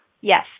Yes